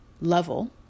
level